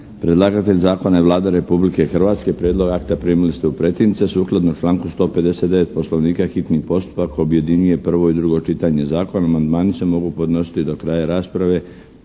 Predlagatelj Zakona je Vlada Republike Hrvatske. Prijedlog akta primili ste u pretince. Sukladno članku 159. Poslovnika, hitni postupak objedinjuje prvo i drugo čitanje zakona. Amandmani se mogu podnositi do kraja rasprave,